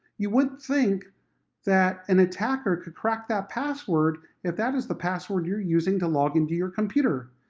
you wouldn't think that an attacker could crack that password, if that is the password you're using to log into your computer!